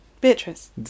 Beatrice